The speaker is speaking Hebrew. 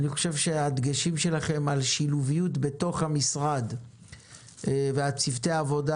אני חושב שהדגשים שלכם על שילוביות בתוך המשרד וצוותי העבודה